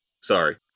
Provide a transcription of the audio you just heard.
Sorry